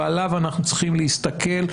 ועליו אנחנו צריכים להסתכל,